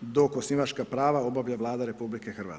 dok osnivačka prava obavlja Vlada RH.